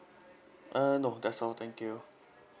uh no that's all thank you